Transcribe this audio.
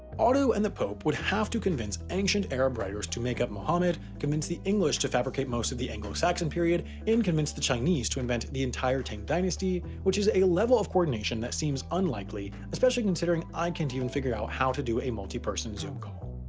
otto and the pope would have had to convince ancient arab writers to make up mohammad, convince the english to fabricate most of the anglo-saxon period, and convince the chinese to invent the entire tang dynasty, which is a level of coordination that seems unlikely, especially considering i can't even figure out how to do a multi-person zoom call.